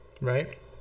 Right